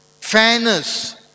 Fairness